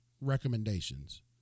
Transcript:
recommendations